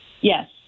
Yes